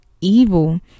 evil